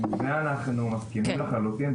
בזה אנחנו מסכימים לחלוטין,